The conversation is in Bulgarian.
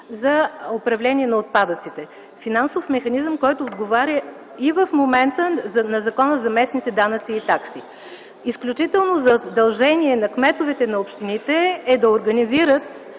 за управление на отпадъците. Финансов механизъм, който отговаря и в момента на Закона за местните данъци и такси. Изключително задължение на кметовете на общините е да организират